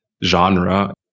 genre